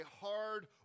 hard